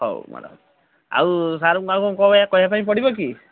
ହେଉ ମ୍ୟାଡ଼ାମ୍ ଆଉ ସାର୍ଙ୍କୁ ଆଉ କ'ଣ କହିବାପାଇଁ ପଡ଼ିବ କି